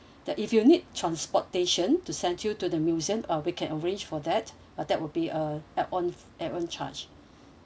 that if you need transportation to sent you to the museum uh we can arrange for that but that would be uh add on add on charge